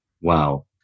Wow